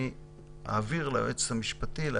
אני אעביר ליועץ המשפטי את רשות הדיבור,